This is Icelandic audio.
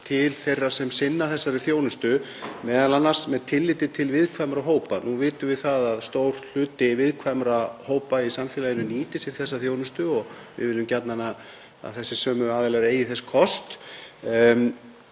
til þeirra sem sinna þessari þjónustu, m.a. með tilliti til viðkvæmra hópa. Nú vitum við að stór hluti viðkvæmra hópa í samfélaginu nýtir sér þessa þjónustu og við viljum gjarnan að þeir sömu aðilar eigi þess kost.